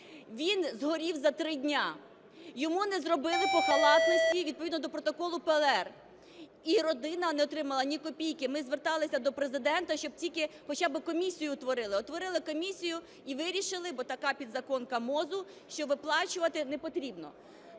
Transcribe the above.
він згорів за 3 дні. Йому не зробили по халатності, відповідно до протоколу, ПЛР, і родина не отримала ні копійки. Ми зверталися до Президента, щоб тільки хоча би комісію утворили. Утворили комісію і вирішили, бо така підзаконка МОЗу, що виплачувати не потрібно.